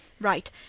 Right